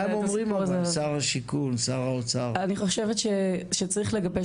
אני חושבת שצריך לגבש,